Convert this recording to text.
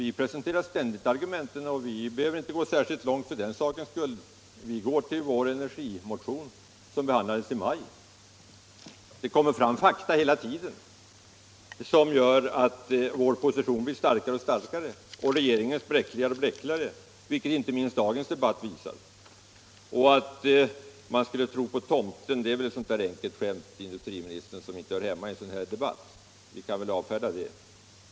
Vi presenterar ständigt argument och behöver inte gå särskilt långt för den sakens skull. Vi går till vår energimotion, "som behandlades i maj. Det kommer emellertid fram fakta hela tiden som gör vår position starkare och starkare och regeringens bräckligare och bräckligare, vilket inte minst dagens debatt visar. Att man skulle tro på tomten — det är väl ett sådant där enkelt skämt, industriministern, som inte hör hemma i en sådan här debatt. Vi kan väl avfärda det.